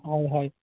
হয় হয়